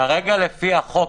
כרגע לפי החוק,